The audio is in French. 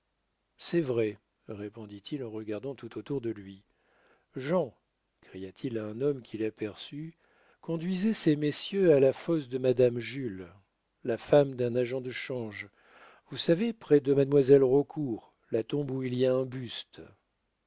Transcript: c'est vrai répondit-il en regardant tout autour de lui jean cria-t-il à un homme qu'il aperçut conduisez ces messieurs à la fosse de madame jules la femme d'un agent de change vous savez près de mademoiselle raucourt la tombe où il y a un buste